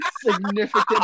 significant